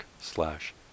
slash